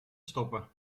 stoppen